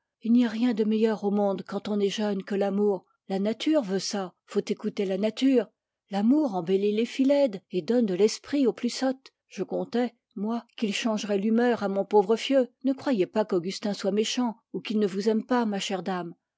il n'y a rien de meilleur au monde quand on est jeune que l'amour la nature veut ça faut écouter la nature l'amour embellit les filles laides et donne de l'esprit aux plus sottes je comptais moi qu'il changerait l'humeur à mon pauvre fieu ne croyez pas qu'augustin soit méchant ou qu'il ne vous aime pas ma chère dame